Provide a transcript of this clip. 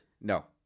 no